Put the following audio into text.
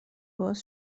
باز